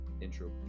intro